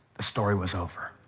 the story was over.